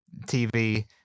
TV